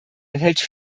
enthält